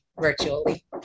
virtually